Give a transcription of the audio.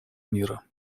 мира